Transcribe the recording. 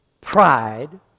pride